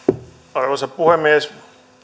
arvoisa puhemies